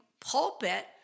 pulpit